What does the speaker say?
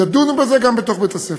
ידונו בזה גם בתוך בית-הספר,